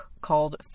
called